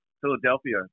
Philadelphia